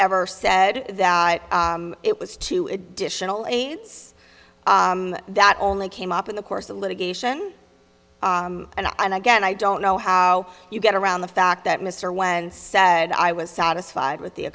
ever said that it was two additional aides that only came up in the course of litigation and i and again i don't know how you get around the fact that mr when said i was satisfied with the a